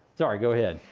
sorry, go ahead.